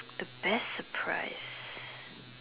the best surprise